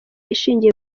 ishingiye